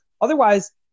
Otherwise